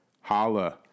holla